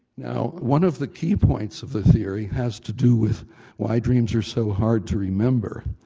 now one of the key points of the theory has to do with why dreams are so hard to remember.